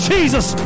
Jesus